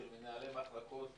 של מנהלי מחלקות,